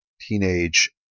teenage